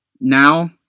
now